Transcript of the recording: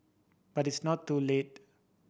but it's not too late